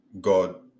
God